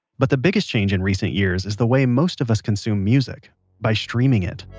but the biggest change in recent years is the way most of us consume music by streaming it